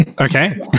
Okay